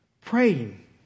Praying